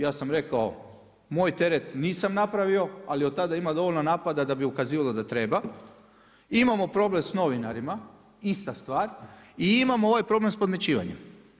Ja sam rekao moj teret nisam napravio, ali od tada ima dovoljno napada da bi ukazivalo da treba, imamo problem s novinarima ista stvar i imamo ovaj problem s podmićivanjem.